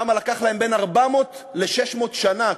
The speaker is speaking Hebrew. שם לקח להם בין 400 ל-600 שנה,